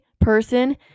person